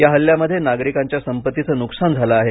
या हल्ल्यामध्ये नागरिकांच्या संपत्तीचे नुकसान झाले आहे